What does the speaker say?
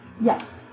Yes